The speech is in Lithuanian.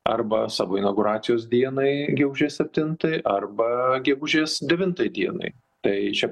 arba savo inauguracijos dienai gegužės septintai arba gegužės devintai dienai tai čia